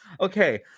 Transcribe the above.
Okay